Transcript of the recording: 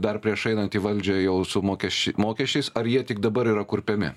dar prieš einant į valdžią jau su mokesč mokesčiais ar jie tik dabar yra kurpiami